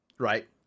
Right